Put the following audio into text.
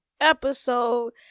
episode